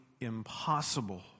impossible